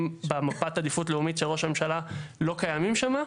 במפת עדיפות לאומית של ראש הממשלה לא קיימים שם.